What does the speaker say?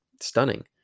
stunning